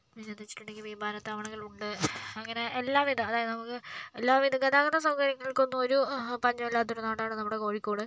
പിന്നെ എന്താന്ന് വെച്ചിട്ടുണ്ടെങ്കിൽ വിമാന താവളങ്ങൾ ഉണ്ട് അങ്ങനെ എല്ലാവിധ അതായത് നമുക്ക് എല്ലാവിധ ഗതാഗത സൗകര്യങ്ങൾക്കൊന്നും ഒരു പഞ്ഞമില്ലാത്ത ഒരു നാടാണ് നമ്മുടെ കോഴിക്കോട്